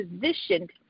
positioned